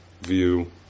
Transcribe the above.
view